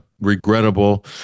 regrettable